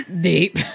deep